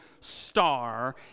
star